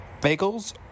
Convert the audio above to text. Bagels